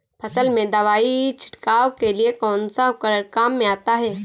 फसल में दवाई छिड़काव के लिए कौनसा उपकरण काम में आता है?